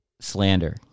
slander